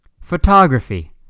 Photography